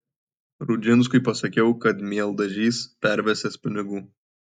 rudžinskui pasakiau kad mieldažys pervesiąs pinigų